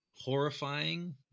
horrifying